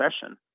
session